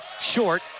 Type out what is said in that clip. short